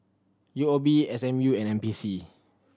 U O B S M U and N P C